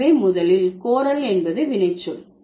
எனவே முதலில் கோரல் என்பது வினைச்சொல்